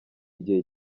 igihe